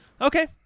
okay